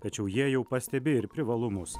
tačiau jie jau pastebi ir privalumus